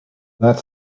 that